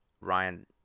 Ryan